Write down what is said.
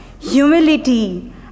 humility